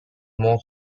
more